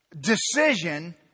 Decision